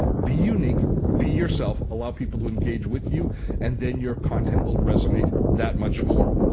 be unique. be yourself. allow people to engage with you and then your content will resonate that much more.